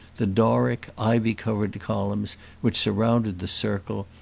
the doric, ivy-covered columns which surrounded the circle,